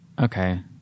Okay